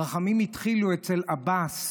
הרחמים התחילו אצל עבאס,